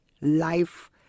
life